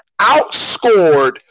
Outscored